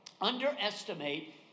underestimate